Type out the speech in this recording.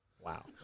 Wow